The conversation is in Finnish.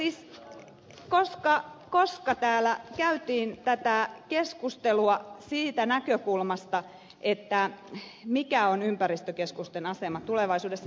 isän kanssa koska täällä käytiin tätä keskustelua siitä näkökulmasta mikä on ympäristökeskusten asema tulevaisuudessa